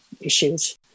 issues